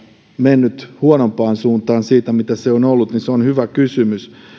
mennyt huonompaan suuntaan siitä mitä se on ollut se on hyvä kysymys